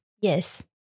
Yes